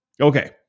Okay